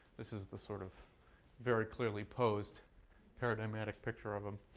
this is the sort of very clearly posed paradigmatic picture of him.